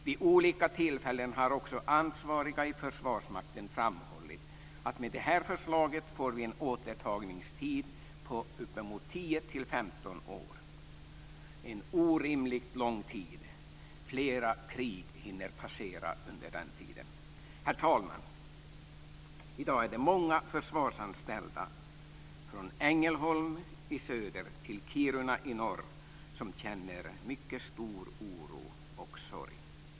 Vid olika tillfällen har också ansvariga i Försvarsmakten framhållit att med det här förslaget får vi en återtagningstid på uppemot tio till femton år. Det är en orimligt lång tid. Flera krig hinner passera under den tiden. Herr talman! I dag är det många försvarsanställda från Ängelholm i söder till Kiruna i norr som känner mycket stor oro och sorg.